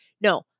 no